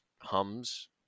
hums